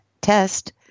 test